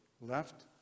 left